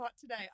today